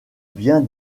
bien